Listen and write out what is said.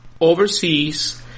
overseas